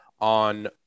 on